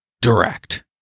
direct